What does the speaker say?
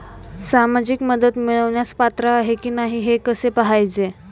सामाजिक मदत मिळवण्यास पात्र आहे की नाही हे कसे पाहायचे?